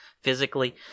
physically